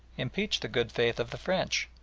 impeach the good faith of the french,